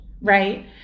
right